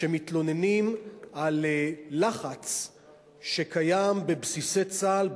שמתלוננים על לחץ שקיים בבסיסי צה"ל,